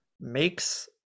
makes